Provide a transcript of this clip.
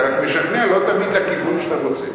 אתה משכנע לא תמיד לכיוון שאתה רוצה.